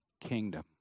kingdom